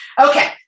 okay